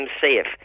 safe